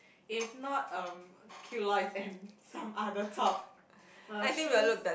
if not um culottes and some other top uh shoes